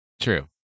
True